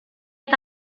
eta